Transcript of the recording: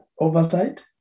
oversight